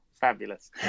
fabulous